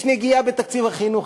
יש נגיעה בתקציב החינוך,